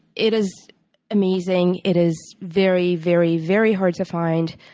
it is amazing. it is very, very, very hard to find.